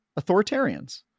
authoritarians